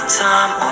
time